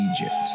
Egypt